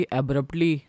abruptly